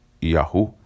Yahoo